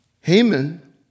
Haman